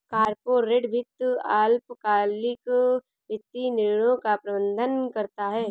corporate वित्त अल्पकालिक वित्तीय निर्णयों का प्रबंधन करता है